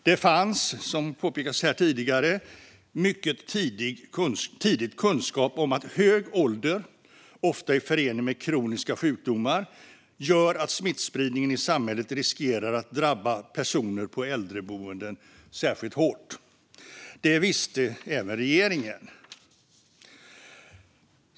Det fanns, som påpekats här tidigare, mycket tidigt kunskap om att hög ålder, ofta i förening med kroniska sjukdomar, gör att smittspridningen i samhället riskerar att drabba personer på äldreboenden särskilt hårt. Det visste även regeringen.